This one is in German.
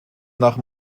nach